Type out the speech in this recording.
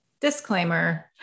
Disclaimer